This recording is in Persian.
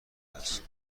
است